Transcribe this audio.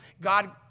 God